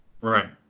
Right